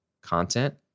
Content